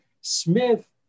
Smith